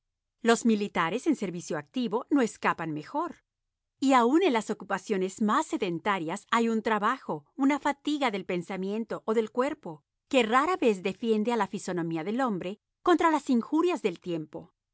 los militares en servicio activo no escapan mejor y aun en las ocupaciones más sedentarias hay un trabajo una fatiga del pensamiento o del cuerpo que rara vez defiende a la fisonomía del hombre contra las injurias del tiempo